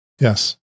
Yes